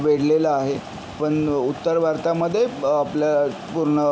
वेढलेला आहे पण उत्तर भारतामध्ये आपल्या पूर्ण